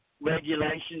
regulations